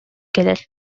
кэлэр